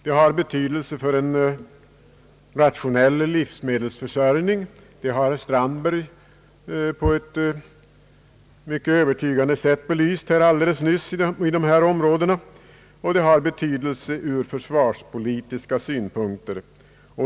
Det har betydelse för en rationell livsmedelsförsörjning i dessa områden. Detta har herr Strandberg alldeles nyss på ett mycket övertygande sätt belyst. Och det har betydelse ur försvarspolitiska synpunkter.